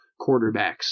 quarterbacks